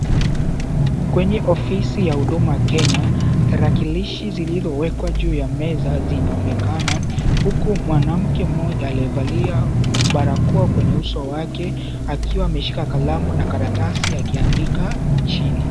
Kwenye ofisi ya huduma Kenya, tarakilishi zilizoekwa ju ya meza zinaonekana huku mwanamke mmoja aliyevalia mbarakoa kwenye uso wake akiwa ameshika kalamu na karatasi akiandika injili.